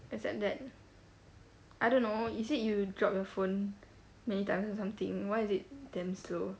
except that I don't know is it you drop your phone many times or something why is it damn slow